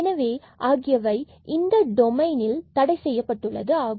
எனவே இங்கு இந்த டொமைன் தடைசெய்யப்பட்டுள்ளது ஆகும்